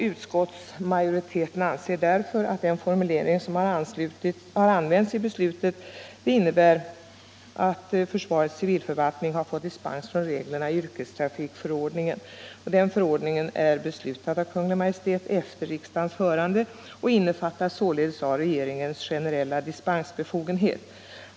Utskottsmajoriteten anser därför att den formulering som används i beslutet innebär att försvarets civilförvaltning har fått dispens från reglerna i yrkestrafikförordningen. Den förordningen är beslutad av Kungl. Maj:t efter riksdagens hörande och innefattas således i regeringens generella dispensbefogenhet.